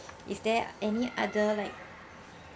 is there any other like